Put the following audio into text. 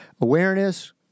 awareness